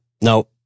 No